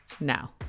Now